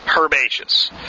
herbaceous